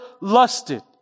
lusted